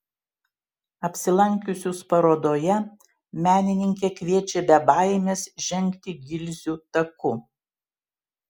apsilankiusius parodoje menininkė kviečia be baimės žengti gilzių taku